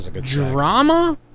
drama